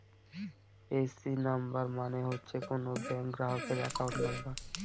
AC number মানে হচ্ছে কোনো ব্যাঙ্ক গ্রাহকের একাউন্ট নাম্বার